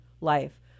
life